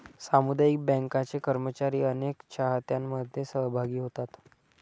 सामुदायिक बँकांचे कर्मचारी अनेक चाहत्यांमध्ये सहभागी होतात